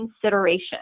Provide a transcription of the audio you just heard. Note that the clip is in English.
consideration